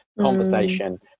conversation